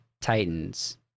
Titans